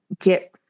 get